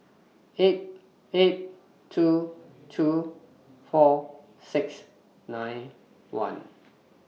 eight eight two two four six nine one